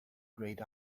grayed